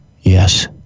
Yes